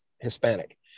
Hispanic